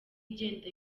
igenda